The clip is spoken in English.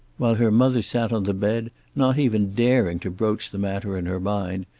while her mother sat on the bed not even daring to broach the matter in her mind,